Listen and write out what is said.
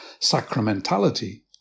sacramentality